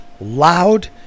loud